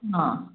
अँ